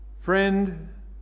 Friend